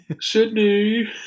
Sydney